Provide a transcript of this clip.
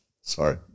Sorry